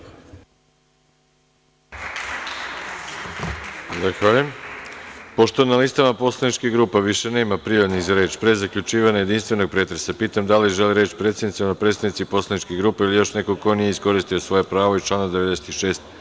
Pošto na listama poslaničkih grupa više nema prijavljenih za reč, pre zaključivanja jedinstvenog pretresa, pitam da li žele reč predsednici odnosno predstavnici poslaničkih grupa ili još neko ko nije iskoristio svoje pravo iz člana 96.